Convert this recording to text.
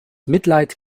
mitleid